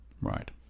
Right